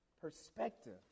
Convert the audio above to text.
perspective